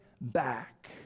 back